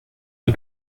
the